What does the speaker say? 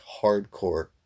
hardcore